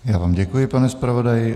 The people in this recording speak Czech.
Já vám děkuji, pane zpravodaji.